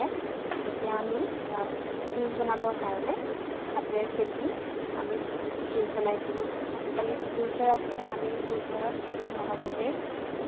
তেতিয়া আমি জ্য়ুছ বনাবৰ কাৰণে হাতেৰে চেপি আমি জ্য়ুছ বনাইছিলোঁ আজিকালি জ্য়ুছাৰ আছে আমি জ্য়ুছাৰত অতি সহজতে